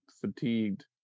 fatigued